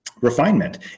refinement